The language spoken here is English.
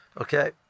Okay